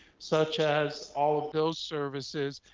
such as all of those services,